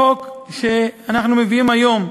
החוק שאנחנו מביאים היום,